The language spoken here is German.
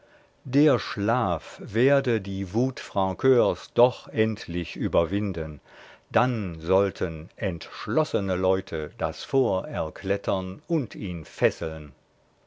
der schlaf werde die wut francurs doch endlich überwinden dann sollten entschlossene leute das fort erklettern und ihn fesseln